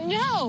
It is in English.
no